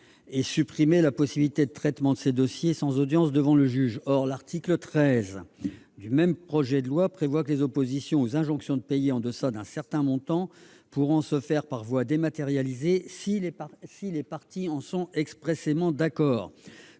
et supprimer la possibilité de traitement de ces dossiers sans audience devant le juge. Or l'article 13 prévoit que les oppositions aux injonctions de payer en deçà d'un certain montant pourront se faire par voie dématérialisée, si les parties en sont expressément d'accord.